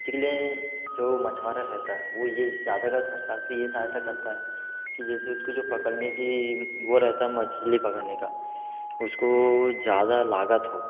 इसी के लिए जो मछुआरा रहता है वो ये ज़्यादाकर सरकार से ये सहायता करता है कि जैसे उसको जो पकड़ने की वो रहता है मछली पकड़ने का उसको ज़्यादा लागत हो